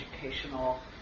educational